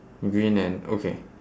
green and okay